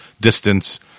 distance